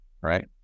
right